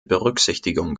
berücksichtigung